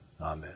Amen